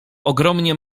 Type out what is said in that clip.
ogromnie